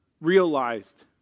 realized